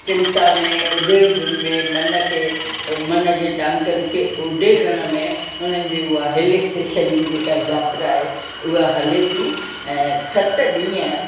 चिंता में उदेड़पुर में मन खे मन जे टांकनि खे उडेरण में हुननि जी उहा हिल स्टेशन जी जेका यात्रा आहे उहा हले थी ऐं सत ॾींहं